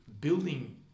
building